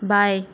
बाएँ